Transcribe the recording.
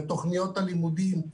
גם בתוכניות הלימודים,